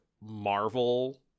Marvel